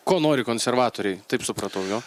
ko nori konservatoriai taip supratau jo